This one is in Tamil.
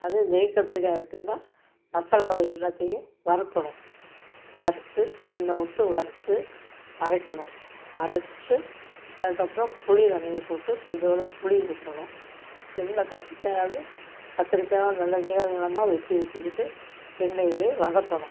அதே நெய் கத்திரிக்காய் எப்படின்னா மசாலாவை எல்லாத்தையும் வறுக்கணும் வறுத்து எண்ணெய் விட்டு வறுத்து அரைக்கணும் அரைச்சிட்டு அதுக்கப்றோம் புளி தண்ணியை போட்டு கொஞ்சோண்டு புளி ஊற்றணும் எண்ணெய் கத்திரிக்காயை அது கத்திரிக்காவ நல்ல நீள நீளமாக வெட்டி வச்சிக்கிட்டு எண்ணெயிலே வதக்கணும்